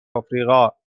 آفریقا